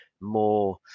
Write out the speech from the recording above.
more